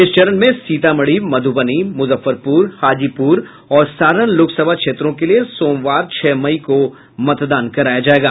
इस चरण में सीतामढ़ी मध्रबनी मुजफ्फरपुर हाजीपुर और सारण लोकसभा क्षेत्रों के लिए सोमवार छह मई को मतदान कराया जाएगा